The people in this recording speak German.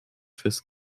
fürs